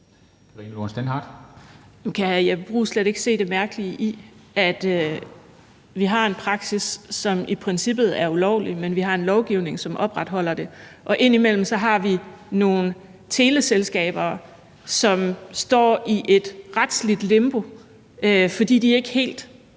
Jeppe Bruus slet ikke se det mærkelige i, at vi har en praksis, som i princippet er ulovlig, men vi har en lovgivning, som opretholder den, og derimellem har vi nogle teleselskaber, som står i et retsligt limbo, fordi de ikke helt